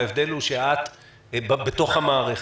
הוא שאת נמצאת בתוך המערכת.